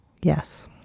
Yes